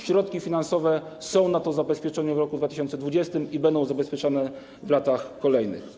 Środki finansowe są na to zabezpieczone w roku 2020 i będą zabezpieczane w latach kolejnych.